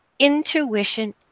Intuition